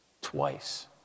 twice